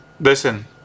Listen